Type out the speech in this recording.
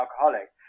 alcoholic